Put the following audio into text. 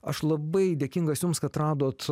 aš labai dėkingas jums kad radot